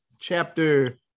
Chapter